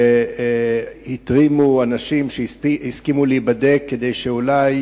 שהתרימו אנשים שהסכימו להיבדק כדי שאולי